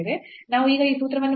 ನಾವು ಈಗ ಈ ಸೂತ್ರವನ್ನು ಪಡೆಯುತ್ತೇವೆ